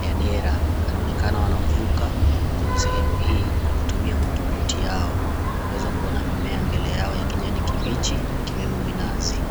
ya dera, anaonekana wanavuka kwenye sehemu hii kwa kutumia motorboat yao. Twaweza kuona mimea mbele yao ya kijani kibichi ikiwemo minazi.